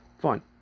Fine